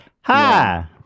Hi